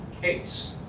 case